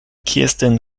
kirsten